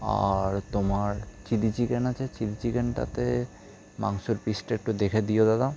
আর তোমার chilli chicken আছে chilli চিকেনটাতে মাংসর পিসটা একটু দেখে দিও দাদা